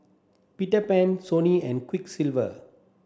Peter Pan Sony and Quiksilver